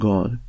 God